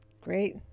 Great